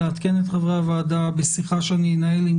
לעדכן את חברי הוועדה בשיחה שאני אנהל עם